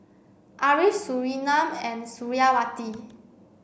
Ariff Surinam and Suriawati